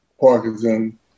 Parkinson